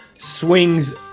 swings